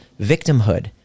victimhood